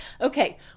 Okay